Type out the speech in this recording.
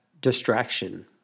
distraction